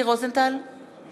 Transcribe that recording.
אינו